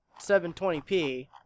720p